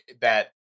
that-